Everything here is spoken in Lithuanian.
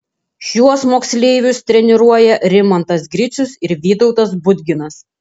šiuos moksleivius treniruoja rimantas gricius ir vytautas budginas